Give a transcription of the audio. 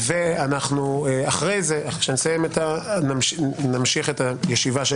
אחרי זה נמשיך את הדיון של